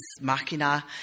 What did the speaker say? machina